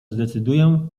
zdecyduję